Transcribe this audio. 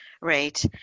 Right